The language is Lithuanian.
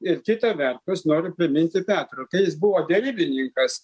ir kita vertus noriu priminti petrui kai jis buvo derybininkas